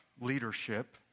leadership